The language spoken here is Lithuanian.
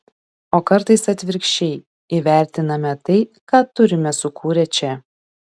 o kartais atvirkščiai įvertiname tai ką turime sukūrę čia